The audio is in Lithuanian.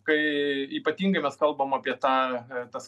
kai ypatingai mes kalbam apie tą tas